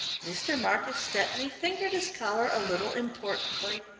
mr. marcus stepney fingered his collar a little importantly.